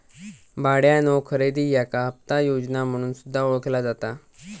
भाड्यानो खरेदी याका हप्ता योजना म्हणून सुद्धा ओळखला जाता